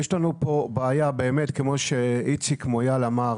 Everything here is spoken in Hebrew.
יש לנו בעיה כמו שאיציק מויאל אמר.